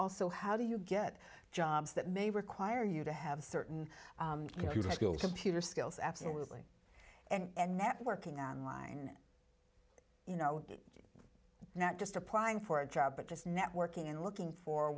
also how do you get jobs that may require you to have certain skills computer skills absolutely and networking on line you know not just applying for a job but just networking and looking for